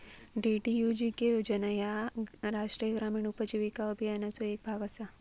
DDUGK योजना ह्या राष्ट्रीय ग्रामीण उपजीविका अभियानाचो येक भाग असा